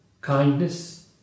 kindness